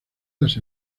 las